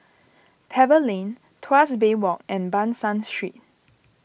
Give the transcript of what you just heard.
Pebble Lane Tuas Bay Walk and Ban San Street